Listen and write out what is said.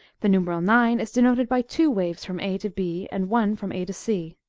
the numeral nine is denoted by two waves from a to b, and one from a to c.